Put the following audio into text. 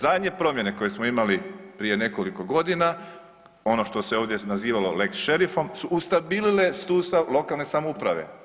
Zadnje promjene koje smo imali prije nekoliko godina, ono što se ovdje nazivamo lex šerifom su ustabilile sustav lokalne samouprave.